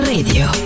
Radio